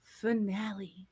finale